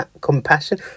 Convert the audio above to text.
Compassion